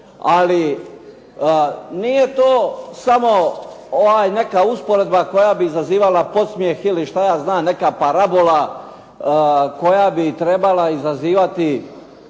Ali nije to samo ova neka usporedba koja bi izazivala podsmjeh ili što ja znam, neka parabola koja bi trebala izazivati